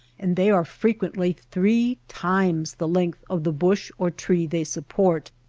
and they are frequently three times the length of the bush or tree they support.